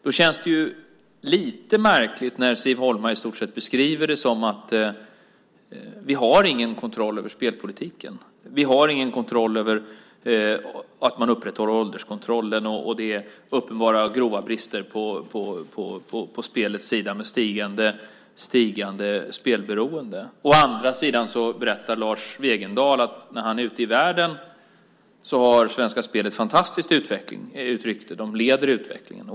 Då känns det lite märkligt när Siv Holma i stort sett ger beskrivningen att vi inte har någon kontroll över spelpolitiken, att vi inte har någon kontroll över att man upprätthåller ålderskontrollen och att det finns uppenbara grova brister på spelsidan med ett stigande antal spelberoende. Å andra sidan berättar Lars Wegendal att han när han är ute i världen erfar att Svenska Spel har ett fantastiskt rykte - de leder utvecklingen.